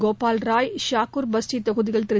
கோபாவ்ராய் சகூர்பஸ்தி தொகுதியில் திரு